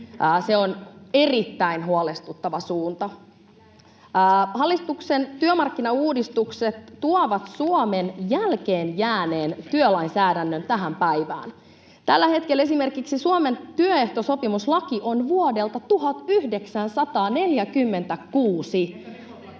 se on erittäin huolestuttava suunta. Hallituksen työmarkkinauudistukset tuovat Suomen jälkeenjääneen työlainsäädännön tähän päivään. Tällä hetkellä esimerkiksi Suomen työehtosopimuslaki on vuodelta 1946,